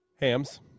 Hams